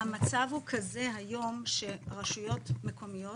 המצב הוא כזה היום שרשויות מקומיות